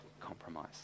compromise